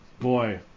boy